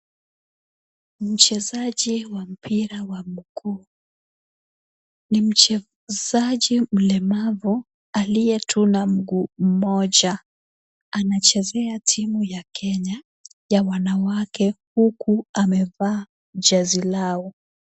Mchezaji wa mpira wa miguu, ni mchezaji mlemavu aliye tu na mguu mmoja. Anachezea timu ya Kenya ya wanawake huku amevaa jezi lao.